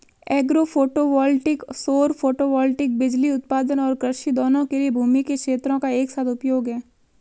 agro photovoltaic सौर photovoltaic बिजली उत्पादन और कृषि दोनों के लिए भूमि के क्षेत्रों का एक साथ उपयोग है